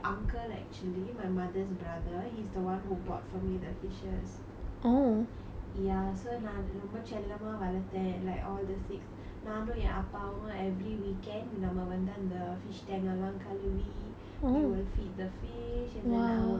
ya so நான் ரொம்ப செல்லமா வளர்த்தேன்:naan romba chelamaa valarthen like all the six நானும் என் அப்பாவும்:naanum en appavum every weekend we நம்ம வந்து அந்த:namma vanthu antha fish tank எல்லாம் கழுவி:ellaam kaluvi we will feed the fish and then I'll play ya but then most of the time is just my parents doing it so they got so tired